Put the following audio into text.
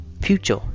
future